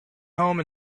home